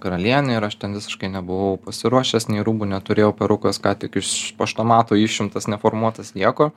karalienė ir aš ten visiškai nebuvau pasiruošęs nei rūbų neturėjau perukas ką tik iš paštomato išimtas neformuotas nieko